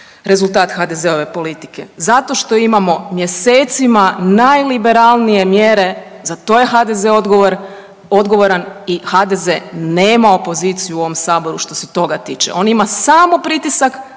rezultat HDZ-ove politike zato što imamo mjesecima najliberalnije mjere za to je HDZ odgovoran i HDZ nema opoziciju u ovom saboru što se toga tiče, on ima samo pritisak